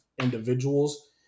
individuals